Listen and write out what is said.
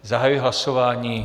Zahajuji hlasování.